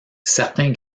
certains